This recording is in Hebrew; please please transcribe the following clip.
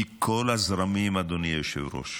מכל הזרמים, אדוני היושב-ראש,